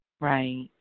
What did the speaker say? Right